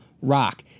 Rock